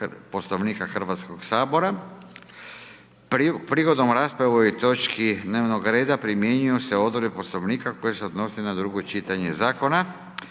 Poslovnika Hrvatskog sabora. Prigodom rasprave o ovoj točki dnevnoga reda primjenjuju se odredbe poslovnika koji se odnosi na drugo čitanje zakona.